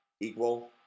equal